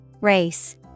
Race